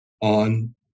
on